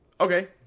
Okay